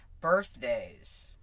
Birthdays